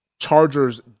Chargers